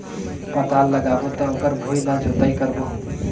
पातल लगाबो त ओकर भुईं ला जोतई करबो?